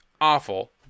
awful